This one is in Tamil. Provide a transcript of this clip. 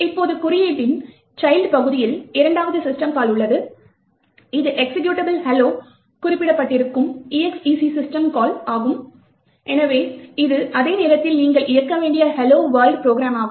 இப்போது குறியீட்டின் சைல்ட் பகுதியில் இரண்டாவது சிஸ்டம் கால் உள்ளது இது எக்சிகியூட்டபிள் Hello குறிப்பிடப்பட்டிருக்கும் exec சிஸ்டம் கால் ஆகும் எனவே இது அதே நேரத்தில் நீங்கள் இயக்க வேண்டிய hello world ப்ரோக்ராமாகும்